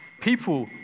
People